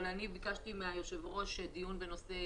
אבל אני ביקשתי מהיושב ראש דיון בנושא